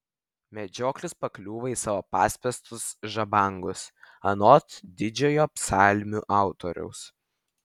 medžioklis pakliūva į savo paspęstus žabangus anot didžiojo psalmių autoriaus